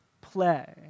play